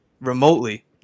remotely